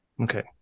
Okay